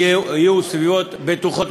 תהיה סביבה בטוחה,